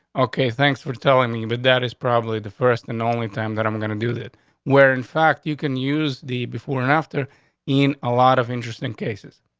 ok, thanks for telling me. but that is probably the first and only time that i'm going to do that where in fact, you can use the before and after in a lot of interesting cases.